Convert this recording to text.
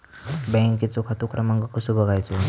बँकेचो खाते क्रमांक कसो बगायचो?